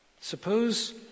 suppose